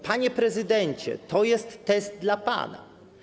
Panie prezydencie, to jest test dla pana.